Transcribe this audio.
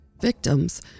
Victims